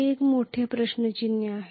ते एक मोठे प्रश्नचिन्ह आहे